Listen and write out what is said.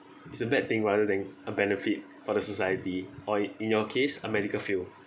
it's a bad thing rather than a benefit for the society or in your case our medical field